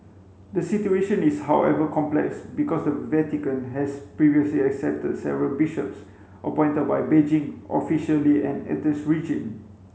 the situation is however complex because the Vatican has previously accepted several bishops appointed by Beijing officially an atheist regime